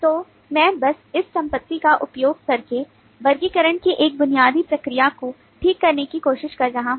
तो मैं बस इस संपत्ति का उपयोग करके वर्गीकरण की एक बुनियादी प्रक्रिया को ठीक करने की कोशिश कर रहा हूं